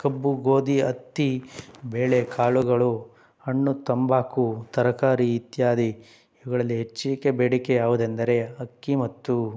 ಕಬ್ಬು ಗೋಧಿ ಹತ್ತಿ ಬೇಳೆ ಕಾಳುಗಳು ಹಣ್ಣು ತಂಬಾಕು ತರಕಾರಿ ಇತ್ಯಾದಿ ಇವುಗಳಲ್ಲಿ ಹೆಚ್ಚಿಗೆ ಬೇಡಿಕೆ ಯಾವುದೆಂದರೆ ಅಕ್ಕಿ ಮತ್ತು